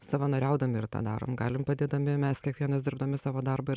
savanoriaudami ir tą darom galim padėdami mes kiekvienas dirbdami savo darbą ir